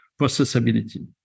processability